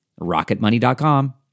Rocketmoney.com